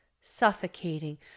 suffocating